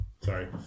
Sorry